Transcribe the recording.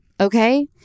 Okay